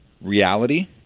reality